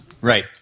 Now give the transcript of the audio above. Right